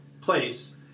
place